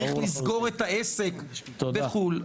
צריך לסגור את העסק בחו"ל.